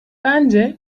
bence